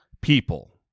people